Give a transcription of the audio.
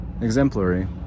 exemplary